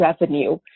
revenue